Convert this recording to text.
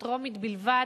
וטרומית בלבד,